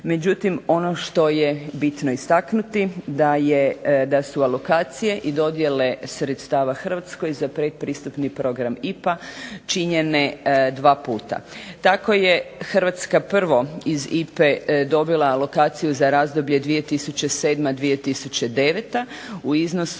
međutim ono što je bitno istaknuti da je, da su alokacije i dodjele sredstava Hrvatskoj za pretpristupni program IPA činjene dva puta. Tako je Hrvatska prvo iz IPA-e dobila alokaciju za razdoblje 2007.-2009. u iznosu